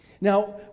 Now